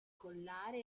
collare